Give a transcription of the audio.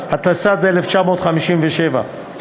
התשי"ז 1957,